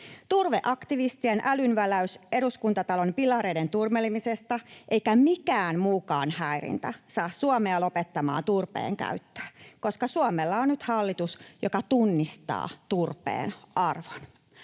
turveaktivistien älynväläys Eduskuntatalon pilareiden turmelemisesta eikä mikään muukaan häirintä saa Suomea lopettamaan turpeen käyttöä, koska Suomella on nyt hallitus, joka tunnistaa turpeen arvon.